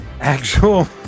Actual